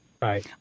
Bye